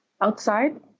outside